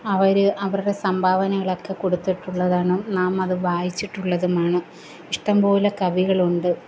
അവര് അവര്ടെ സമ്പാവനകളക്കെ കൊടുത്തിട്ടുള്ളതാണ് നാം അത് വായിച്ചിട്ടുള്ളതുമാണ് ഇഷ്ടംപോലെ കവികളുണ്ട്